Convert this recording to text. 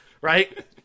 Right